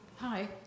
Hi